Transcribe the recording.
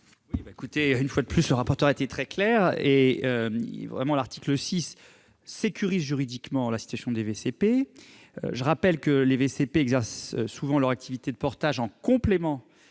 Une fois de plus, M. le rapporteur a été très clair. L'article 6 sécurise juridiquement la situation des VCP. Je rappelle qu'ils exercent souvent leur activité de portage en complément